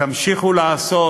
תמשיכו לעשות